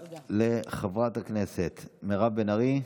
תודה רבה לחברת הכנסת מירב בן ארי.